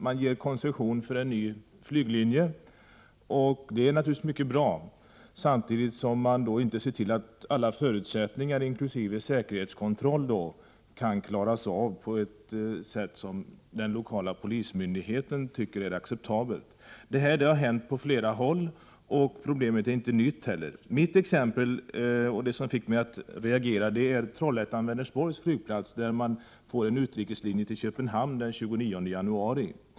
Man ger koncession för en ny flyglinje — det är naturligtvis mycket bra — samtidigt som man inte ser till att alla förutsättningar, inkl. säkerhetskontroll, kan klaras av på ett sätt som den 79 lokala polismyndigheten tycker är acceptabelt. Detta har hänt på flera håll, och problemet är inte nytt. Det som fick mig att reagera var Trollhättan-Vänersborgs flygplats. Den 29 januari får man där en utrikeslinje till Köpenhamn.